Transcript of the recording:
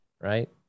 right